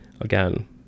Again